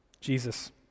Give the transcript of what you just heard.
jesus